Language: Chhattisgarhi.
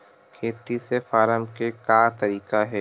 खेती से फारम के का तरीका हे?